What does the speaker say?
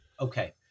Okay